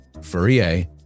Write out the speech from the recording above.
Fourier